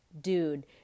dude